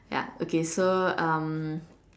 ya okay so um